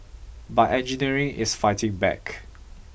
but engineering is fighting back